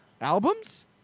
Albums